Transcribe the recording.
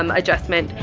um adjustment,